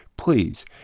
Please